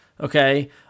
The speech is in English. okay